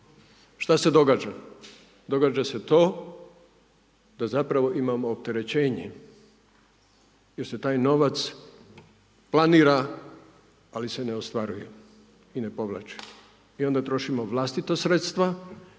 Šta se događa? Događa se to da zapravo imamo opterećenje jer se taj novac planira ali se ne ostvaruje i ne povlači i onda trošimo vlastita sredstva